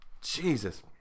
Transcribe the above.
Jesus